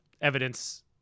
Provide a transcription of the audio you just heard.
evidence